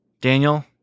Daniel